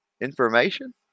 information